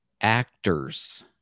actors